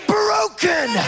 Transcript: broken